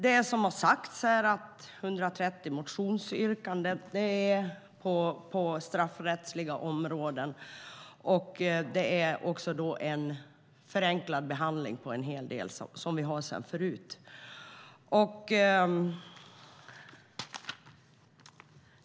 Det handlar som sagt om 130 motionsyrkanden på straffrättsliga områden och en förenklad behandling på en del som vi har sedan tidigare.